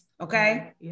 okay